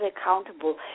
accountable